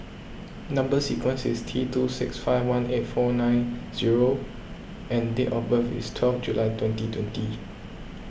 Number Sequence is T two six five one eight four nine zero and date of birth is twelve July twenty twenty